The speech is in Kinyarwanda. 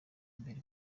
imbere